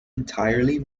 entirely